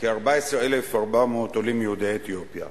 כ-14,400 עולים מיהודי אתיופיה.